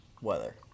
weather